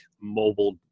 Mobile